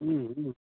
ह्म्म ह्म्म